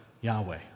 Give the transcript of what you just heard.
Yahweh